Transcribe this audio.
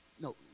No